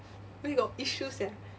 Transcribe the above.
where got it's true sia